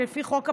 לפי חוק הפרטיות,